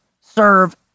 serve